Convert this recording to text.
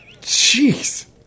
Jeez